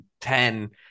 Ten –